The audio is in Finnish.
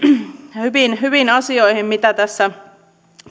näihin hyviin asioihin mitä tässä